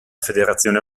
federazione